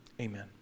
Amen